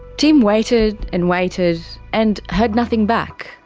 tim waited and waited, and heard nothing back.